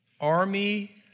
army